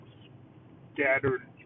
scattered